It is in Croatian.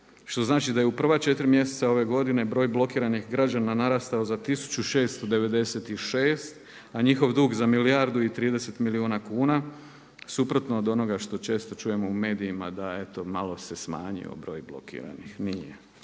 što znači da je u prva 4 mjeseca ove godine broj blokiranih građana narastao za 1696 a njihov dug za milijardu i 30 milijuna kuna suprotno od onoga što često čujemo u medijima da eto malo se smanjio broj blokiranih, nije.